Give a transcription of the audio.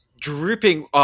dripping